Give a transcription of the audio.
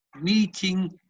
meeting